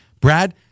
Brad